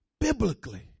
biblically